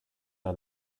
are